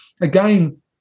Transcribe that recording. again